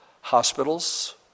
hospitals